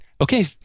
Okay